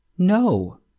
No